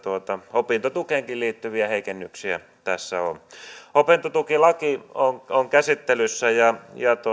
opintotukeenkin liittyviä heikennyksiä tässä on opintotukilaki on on käsittelyssä ja